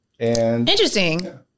Interesting